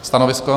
Stanovisko?